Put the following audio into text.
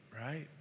right